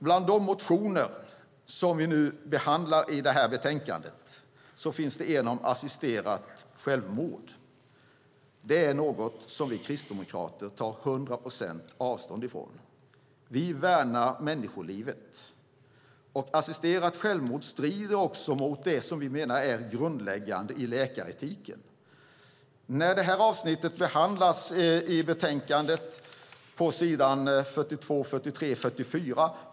Bland de motioner som vi behandlar i betänkandet finns en om assisterat självmord. Det är något som vi kristdemokrater tar hundraprocentigt avstånd från. Vi värnar människolivet. Assisterat självmord strider också mot det som vi menar är grundläggande i läkaretiken. Detta avsnitt behandlas i betänkandet på s. 42-44.